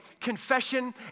Confession